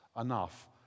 enough